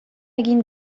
egin